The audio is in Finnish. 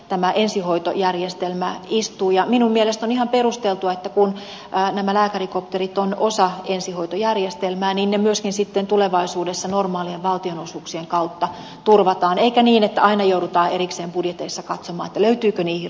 minun mielestäni on ihan perusteltua että kun nämä lääkärikopterit ovat osa ensihoitojärjestelmää niin ne myöskin sitten tulevaisuudessa normaalien valtionosuuksien kautta turvataan eikä niin että aina joudutaan erikseen budjeteissa katsomaan löytyykö niihin rahaa vai ei